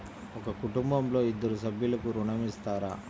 ఒక కుటుంబంలో ఇద్దరు సభ్యులకు ఋణం ఇస్తారా?